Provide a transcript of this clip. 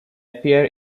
appear